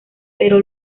pero